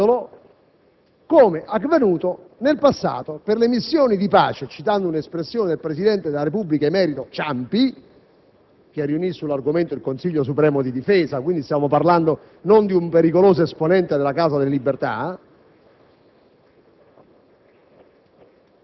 motivandola come avvenuto in passato per le missioni di pace, citando un'espressione del presidente della Repubblica emerito Ciampi, che riunì sull'argomento il Consiglio supremo di difesa, quindi stiamo parlando non di un pericoloso esponente della Casa delle